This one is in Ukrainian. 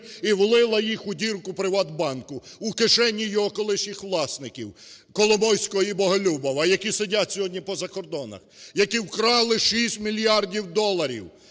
і влила їх у дірку "ПриватБанку", у кишені його колишніх власників Коломойського і Боголюбова, які сидять сьогодні по закордонах, які вкрали 6 мільярдів доларів